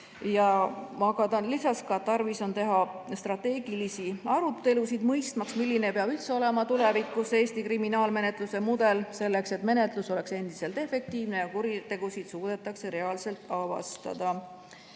muudatusi. Ta lisas, et tarvis on strateegilisi arutelusid, mõistmaks, milline peab üldse olema tulevikus Eesti kriminaalmenetluse mudel, selleks et menetlus oleks endiselt efektiivne ja kuritegusid suudetaks reaalselt avastada.